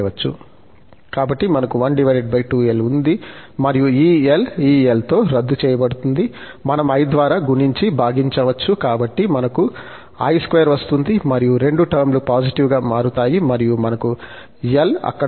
కాబట్టి మనకు 12l ఉంది మరియు ఈ l ఈ l తో రద్దు చేయబడుతుంది మనం i ద్వారా గుణించి భాగించవచ్చు కాబట్టి మనకు −i2 వస్తుంది మరియు రెండు టర్మ్ లు పాజిటివ్ గా మారతాయి మరియు మనకు I అక్కడ ఉంది